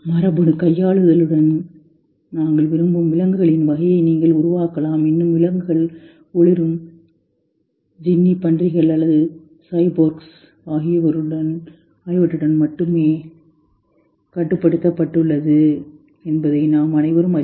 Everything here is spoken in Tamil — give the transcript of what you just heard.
மரபணு கையாளுதலுடன் நாங்கள் விரும்பும் விலங்குகளின் வகையை நீங்கள் உருவாக்கலாம் இன்னும் விலங்குகள் ஒளிரும் ஜின்னி பன்றிகள் அல்லது சைபோர்க்ஸ் ஆகியவற்றுடன் மட்டுமே கட்டுப்படுத்தப்பட்டுள்ளது என்பதை நாம் அனைவரும் அறிவோம்